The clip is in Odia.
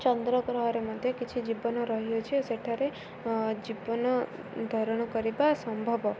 ଚନ୍ଦ୍ରଗ୍ରହରେ ମଧ୍ୟ କିଛି ଜୀବନ ରହିଅଛି ସେଠାରେ ଜୀବନ ଧାରଣ କରିବା ସମ୍ଭବ